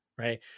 right